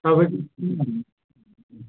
तपाईँको